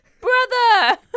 Brother